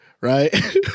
right